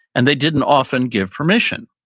and they didn't often give permission,